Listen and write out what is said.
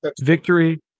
Victory